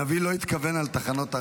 הנביא לא התכוון לתחנות הרדיו.